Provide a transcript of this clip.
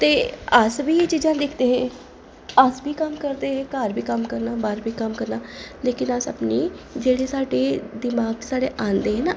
ते अस बी एह् चीजां दिखदे हे अस बी कम्म करदे हे घर बी कम्म करना बाह्र बी कम्म करना लेकिन अस अपनी जेह्ड़ी साढ़ी दमाग साढ़े औंदे हे ना